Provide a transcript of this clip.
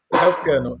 healthcare